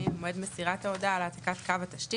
ממועד מסירת ההודעה על העתקת קו התשתית,